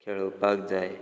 खेळोवपाक जाय